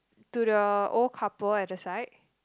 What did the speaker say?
to the old couple at the side